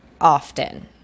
often